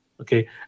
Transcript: okay